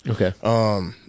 Okay